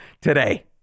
today